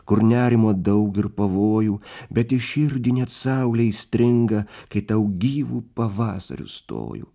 kur nerimo daug ir pavojų bet į širdį net saulė įstringa kai tau gyvu pavasariu stoju